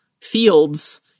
fields